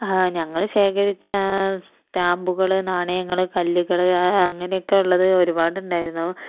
ഞങ്ങൾ ശേഖരിച്ച സ്റ്റാമ്പുകൾ നാണയങ്ങൾ കല്ലുകൾ അങ്ങനെയൊക്കെയുള്ളത് ഒരുപാടുണ്ടായിരുന്നു